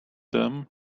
them